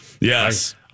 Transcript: Yes